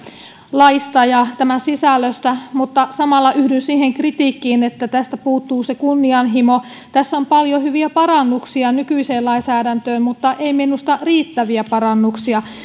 laista ja tämän sisällöstä mutta samalla yhdyn siihen kritiikkiin että tästä puuttuu kunnianhimo tässä on paljon hyviä parannuksia nykyiseen lainsäädäntöön mutta ei minusta riittäviä parannuksia